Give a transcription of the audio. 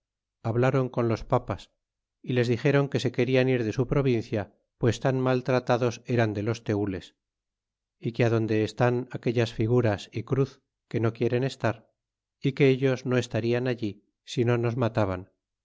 hablaron con los papas y les dixeron que se querian ir de su provincia pues tan mal tratados eran de los tenles é que adonde están aquellas figuras cruz que no quieren estar é que ellos no estarían allí si no nos mataban